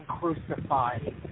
crucified